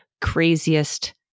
craziest